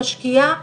שמשקיעה